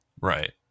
right